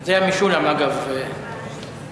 זה היה משולם, אגב, שהבקיע.